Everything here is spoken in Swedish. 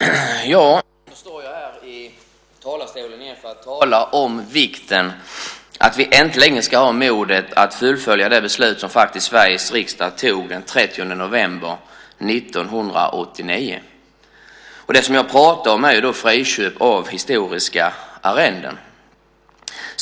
Fru talman! Ja, nu står jag här i talarstolen igen för att tala om vikten av att vi äntligen ska ha modet att fullfölja det beslut som Sveriges riksdag tog den 30 november 1989. Jag pratar om friköp av historiska arrenden.